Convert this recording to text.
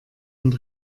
und